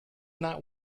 not